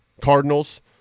Cardinals